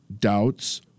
doubts